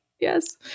yes